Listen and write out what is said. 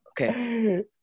Okay